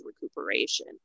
recuperation